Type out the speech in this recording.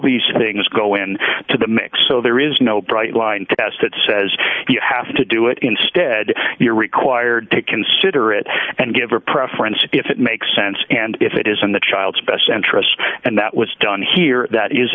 these things go in to the mix so there is no bright line test that says you have to do it instead you're required to consider it and give her preference if it makes sense and if it is in the child's best interests and that was done here that is